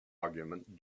argument